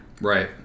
Right